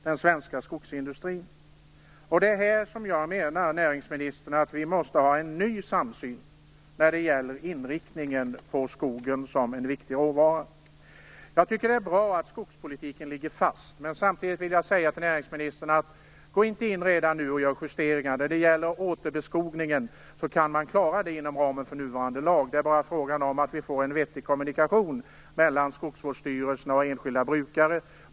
Det är här, näringsministern, som jag menar att det behövs en ny samsyn kring inriktningen på skogen som en viktig råvara. Jag tycker att det är bra att skogspolitiken ligger fast. Men, näringsministern, gå inte redan nu in med justeringar! Återbeskogningen kan klaras inom ramen för nuvarande lag. Det är bara fråga om att få en vettig kommunikation mellan skogsvårdsstyrelserna och enskilda brukare.